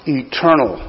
eternal